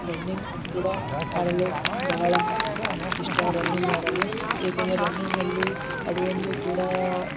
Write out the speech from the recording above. running ಕೂಡ ಆಡಲು ಬಹಳ ಇಷ್ಟ ರನ್ನಿಂಗ್ ಮಾಡಲು ಏಕೆಂದರೆ ರನ್ನಿಂಗ್ನಲ್ಲಿ ಅದು ಒಂದು ಕೂಡ